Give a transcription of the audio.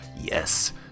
Yes